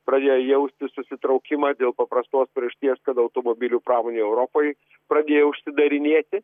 pradėjo jausti susitraukimą dėl paprastos priežasties kad automobilių pramonė europoj pradėjo užsidarinėti